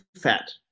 fat